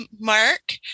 Mark